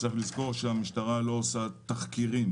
צריך לזכור שהמשטרה לא מבצעת תחקירים